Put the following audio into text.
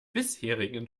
bisherigen